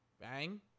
Bang